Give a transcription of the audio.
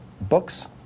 Books